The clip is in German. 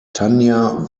tanja